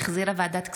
שהחזירה ועדת הכספים.